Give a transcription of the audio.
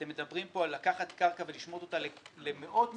אתם מדברים פה על לקחת קרקע ולשמוט אותה למאות משפחות,